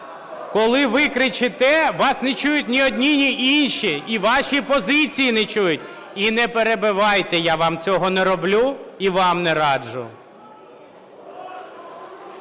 Коли ви кричите, вас не чують ні одні, ні інші, і ваші позиції не чують. І не перебивайте, я вам цього не роблю і вам не раджу.